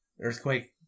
Earthquake